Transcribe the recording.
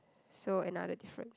so another difference